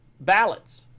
ballots